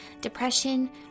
depression